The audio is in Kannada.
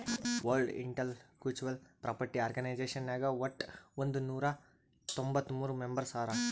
ವರ್ಲ್ಡ್ ಇಂಟಲೆಕ್ಚುವಲ್ ಪ್ರಾಪರ್ಟಿ ಆರ್ಗನೈಜೇಷನ್ ನಾಗ್ ವಟ್ ಒಂದ್ ನೊರಾ ತೊಂಬತ್ತ ಮೂರ್ ಮೆಂಬರ್ಸ್ ಹರಾ